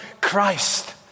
Christ